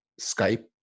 Skype